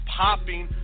popping